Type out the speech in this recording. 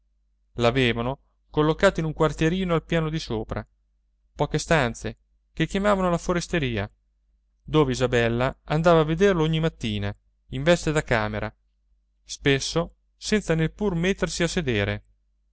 l'avevano collocato in un quartierino al pian di sopra poche stanze che chiamavano la foresteria dove isabella andava a vederlo ogni mattina in veste da camera spesso senza neppure mettersi a sedere